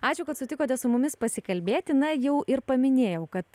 ačiū kad sutikote su mumis pasikalbėti na jau ir paminėjau kad